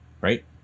right